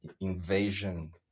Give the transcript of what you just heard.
invasion